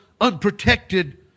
unprotected